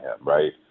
right